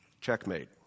checkmate